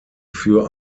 für